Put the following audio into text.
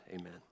Amen